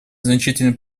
значительный